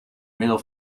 middel